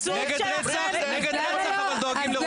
נגד רצח, אבל דואגים לרוצחים.